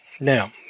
Now